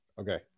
okay